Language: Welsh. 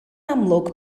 amlwg